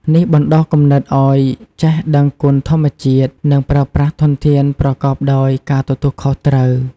នេះបណ្ដុះគំនិតឲ្យចេះដឹងគុណធម្មជាតិ និងប្រើប្រាស់ធនធានប្រកបដោយការទទួលខុសត្រូវ។